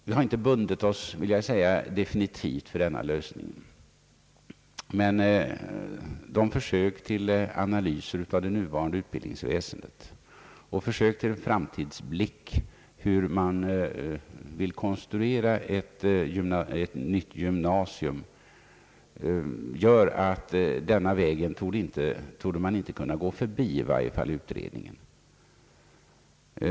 Vi har inte bundit oss definitivt för denna lösning, men våra försök till analyser av det nuvarande utbildningsväsendet och våra försök till framtidsblick när det gäller uppbyggnaden av ett nytt gymnasium säger oss, att utredningen i varje fall inte torde kunna gå förbi den här möjligheten.